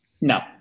no